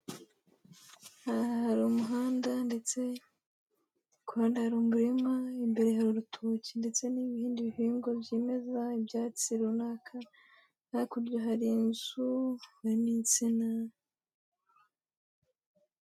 Aha hari umuhanda ndetse ku ruhande hari umurima, imbere hari urutoki ndetse n'ibindi bihingwa byimeza, ibyatsi runaka, hakurya hari inzu hari n'insina.